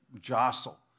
jostle